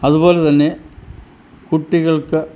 അതുപോലെ തന്നെ കുട്ടികൾക്ക്